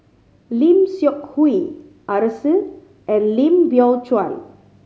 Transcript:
Lim Seok Hui Arasu and Lim Biow Chuan